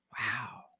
Wow